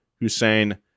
Hussein